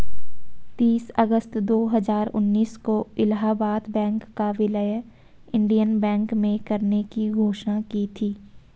तीस अगस्त दो हजार उन्नीस को इलाहबाद बैंक का विलय इंडियन बैंक में करने की घोषणा की थी